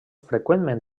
freqüenten